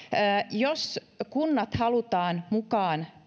jos kunnat halutaan mukaan